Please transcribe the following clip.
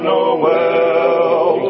Noel